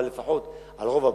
אבל לפחות על רוב הבית.